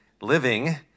living